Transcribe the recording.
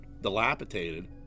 dilapidated